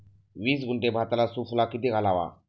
वीस गुंठे भाताला सुफला किती घालावा?